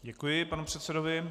Děkuji panu předsedovi.